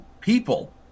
people